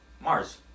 Mars